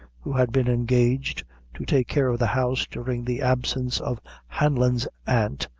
who had been engaged to take care of the house during the absence of hanlon's aunt,